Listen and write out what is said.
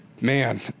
man